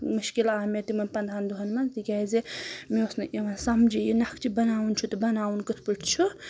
مُشکِل آو مےٚ تِمَن پَندہَن دۄہَن منٛز تِکیٚازِ مےٚ اوس نہٕ یِوان سَمجی یہِ نَقچہِ بَناوُن چھُ تہٕ بَناوُن کِتھ پٲٹھۍ چھُ